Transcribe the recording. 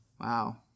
Wow